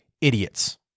idiots